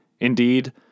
Indeed